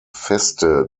feste